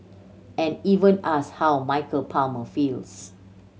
and even asked how Michael Palmer feels